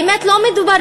באמת לא מדובר,